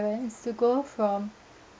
to go from